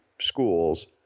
schools